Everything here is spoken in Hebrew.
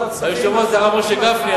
היושב-ראש זה הרב משה גפני.